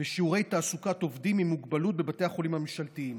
גם עלייה בשיעורי תעסוקת עובדים עם מוגבלות בבתי החולים הממשלתיים.